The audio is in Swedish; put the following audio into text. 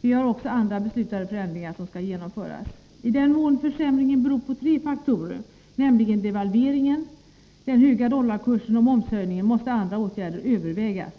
Vi har också andra beslutade förändringar som skall genomföras. I den mån försämringarna beror på tre faktorer, nämligen devalveringen, den höga dollarkursen och momshöjningen, måste andra åtgärder övervägas.